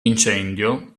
incendio